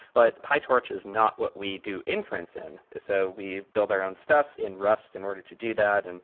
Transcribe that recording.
but pytorch is not what we do inference in. so we build our own stuff in rust in order to do that. and